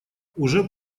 уже